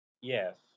Yes